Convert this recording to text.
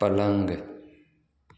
पलंग